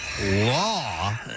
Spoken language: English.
law